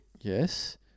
Yes